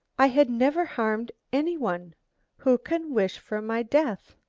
i had never harmed any one who can wish for my death?